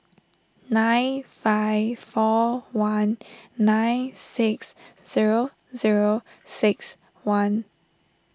nine five four one nine six zero zero six one